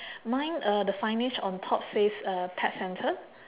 mine uh the signage on top says uh pet centre